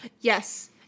Yes